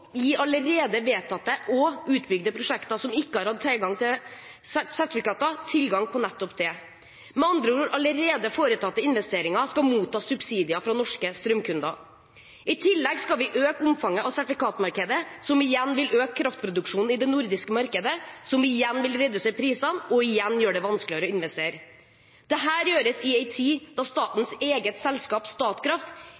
gi allerede vedtatte og utbygde prosjekter som ikke har hatt tilgang til sertifikater, tilgang på nettopp det. Med andre ord: Allerede foretatte investeringer skal motta subsidier fra norske strømkunder. I tillegg skal vi øke omfanget av sertifikatmarkedet, som igjen vil øke kraftproduksjonen i det nordiske markedet, som igjen vil redusere prisene og gjøre det vanskeligere å investere. Dette gjøres i en tid da statens eget selskap, Statkraft,